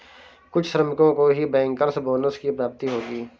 कुछ श्रमिकों को ही बैंकर्स बोनस की प्राप्ति होगी